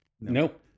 Nope